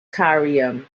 cairum